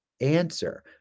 answer